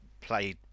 play